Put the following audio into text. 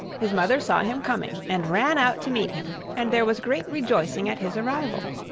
his mother saw him coming, and ran out to meet him, and there was great rejoicing at his arrival.